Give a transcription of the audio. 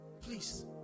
Please